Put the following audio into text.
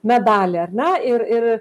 medalį ar ne ir ir